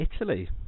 Italy